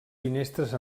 finestres